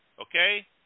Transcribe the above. Okay